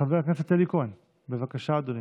חבר הכנסת אלי כהן, בבקשה, אדוני.